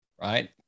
right